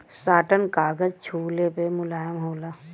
satin कागज छुले पे मुलायम होला